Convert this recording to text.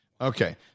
Okay